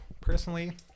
personally